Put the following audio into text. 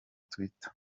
twitter